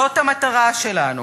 זאת המטרה שלנו,